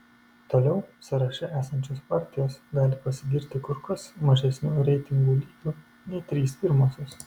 toliau sąraše esančios partijos gali pasigirti kur kas mažesniu reitingų lygiu nei trys pirmosios